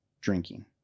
drinking